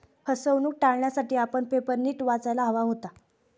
फसवणूक टाळण्यासाठी आपण पेपर नीट वाचायला हवा होता